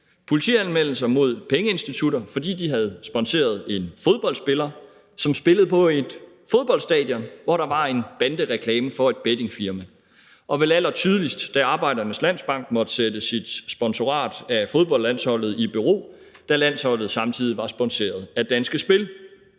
politianmeldelser mod pengeinstitutter, fordi de havde sponseret en fodboldspiller, som spillede på et fodboldstadion, hvor der var en bandereklame for et bettingfirma, og vel allertydeligst, da Arbejdernes Landsbank måtte sætte sit sponsorat af fodboldlandsholdet i bero, da landsholdet samtidig var sponseret af Danske Spil.